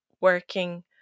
working